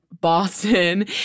Boston